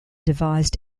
devised